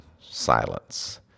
silence